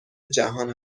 جهان